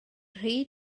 rhy